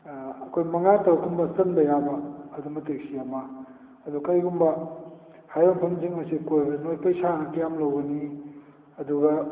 ꯑꯩꯈꯣꯏ ꯃꯉꯥ ꯇꯔꯨꯛꯒꯨꯝꯕ ꯆꯟꯕ ꯌꯥꯕ ꯑꯗꯨꯝꯕ ꯇꯦꯛꯁꯤ ꯑꯃ ꯑꯗꯣ ꯀꯔꯤꯒꯨꯝꯕ ꯍꯥꯏꯔꯤꯕ ꯃꯐꯝꯁꯤꯡ ꯑꯁꯤ ꯀꯣꯏꯕꯗ ꯅꯣꯏ ꯄꯩꯁꯥꯅ ꯀꯌꯥꯝ ꯂꯧꯒꯅꯤ ꯑꯗꯨꯒ